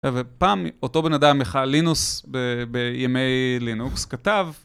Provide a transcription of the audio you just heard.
ופעם אותו בן אדם, מיכאל לינוס, בימי לינוקס, כתב...